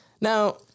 Now